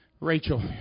Rachel